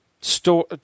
Store